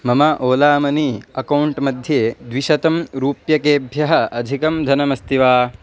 मम Ola money account मध्ये द्विशतं रूप्यकेभ्यः अधिकं धनमस्ति वा